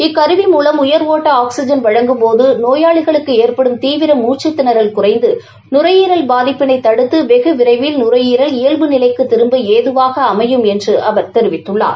இக்கருவி மூலம் உயர் ஒட்ட ஆக்ஸிஜன் வழங்கும் போது நோயாளிகளுக்கு ஏற்படும் தீவிர மூக்கத்திணறல் குறைந்து நுரையீரல் பாதிப்பினை தடுத்து வெகு விரைவில் நுரையீரல் இயல்பு நிலைக்கு திரும்ப ஏதுவாக அமையும் என்று அவர் தெரிவித்துள்ளார்